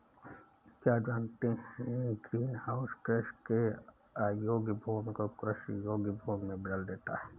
क्या आप जानते है ग्रीनहाउस कृषि के अयोग्य भूमि को कृषि योग्य भूमि में बदल देता है?